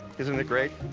isn't it great?